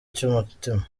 cy’umutima